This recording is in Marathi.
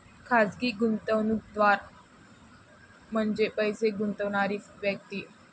खाजगी गुंतवणूकदार म्हणजे पैसे गुंतवणारी व्यक्ती